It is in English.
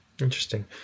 Interesting